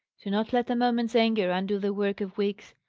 do not let a moment's anger undo the work of weeks.